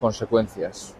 consecuencias